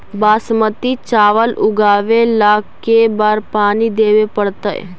बासमती चावल उगावेला के बार पानी देवे पड़तै?